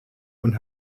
und